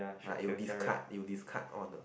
like you discard you discard all the